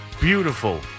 beautiful